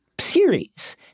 series